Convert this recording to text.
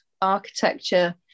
architecture